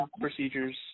procedures